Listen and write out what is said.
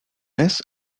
mes